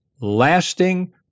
lasting